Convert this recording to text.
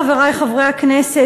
חברי חברי הכנסת,